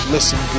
Listen